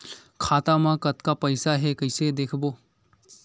खाता मा कतका पईसा हे कइसे देखबो?